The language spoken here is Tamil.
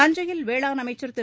தஞ்சையில் வேளாண் அமைச்சர் திரு